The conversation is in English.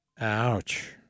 Ouch